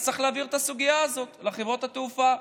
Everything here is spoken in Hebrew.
צריך להעביר את הסוגיה הזאת לחברות התעופה,